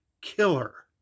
killer